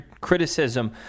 criticism